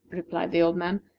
replied the old man,